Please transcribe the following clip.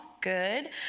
good